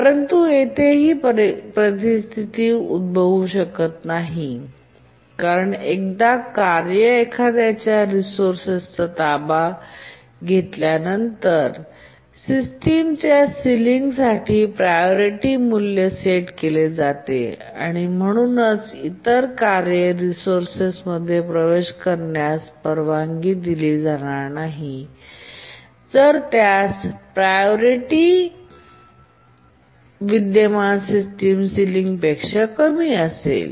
परंतु येथे ही परिस्थिती उद्भवू शकत नाही कारण एकदा कार्य एखाद्या रिसोर्सचा ताबा घेतल्यानंतर नंतरच्या सिस्टीमच्या सिलिंग साठी प्रायोरिटी मूल्य सेट केले जाते आणि म्हणूनच इतर कार्य रिसोर्सत प्रवेश करण्यास परवानगी दिली जाणार नाही जर त्यास प्रायोरिटी विद्यमान सिस्टम सिलिंग पेक्षा कमी असेल